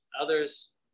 Others